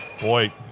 Boy